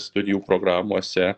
studijų programose